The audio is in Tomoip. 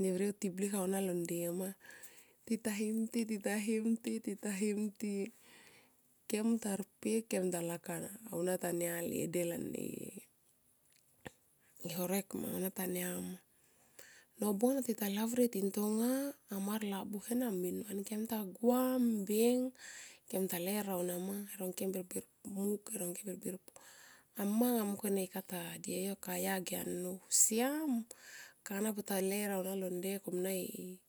ne rviou tiblik aunia lo nde ma tita him ti tita himti tita him ti. Kem tarpek kem ta lakap aunia tania e del ane horek ma aunia tania ma. Nobung ana tita lavrie tintonga hamar labuhe men van kem ta gua mbeng kem ta ler aunia ma e rongkem birbirmuk amma nga mungkone kata die yo ka ya ge a nnou siam kana puta ler aunia lo nde komia e.